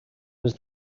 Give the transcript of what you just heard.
was